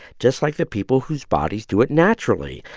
just like the people whose bodies do it naturally.